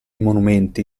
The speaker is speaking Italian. monumenti